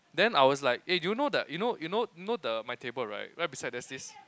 then I was like eh you know the you know you know you know the my table right right beside there's this